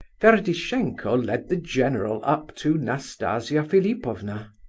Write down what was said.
ferdishenko led the general up to nastasia philipovna.